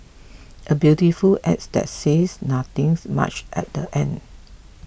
a beautiful ads that says nothing's much at the end